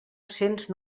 cents